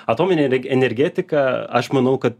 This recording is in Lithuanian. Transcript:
atominė energetika aš manau kad